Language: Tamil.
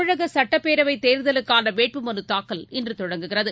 தமிழகசுட்டப்பேரவைத் தேர்தலுக்கானவேட்பு மனுதாக்கல் இன்றுதொடங்குகிறது